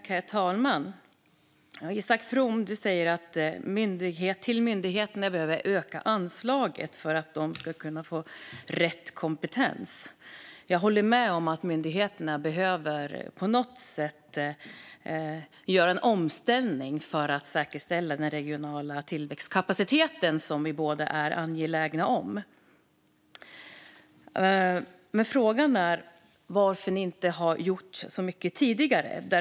Herr talman! Isak From säger att vi behöver öka anslagen till myndigheterna för att de ska kunna få rätt kompetens. Jag håller med om att myndigheterna på något sätt behöver göra en omställning för att säkerställa den regionala tillväxtkapacitet som vi båda är angelägna om. Men frågan är varför ni inte har gjort så mycket tidigare.